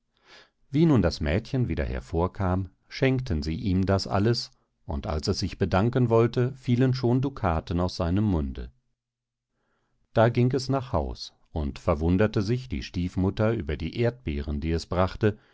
wie nun das mädchen wieder hervorkam schenkten sie ihm das alles und als es sich bedanken wollte fielen schon ducaten aus seinem munde da ging es nach haus und verwunderte sich die stiefmutter über die erdbeeren die es brachte